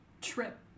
Trip